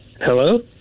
Hello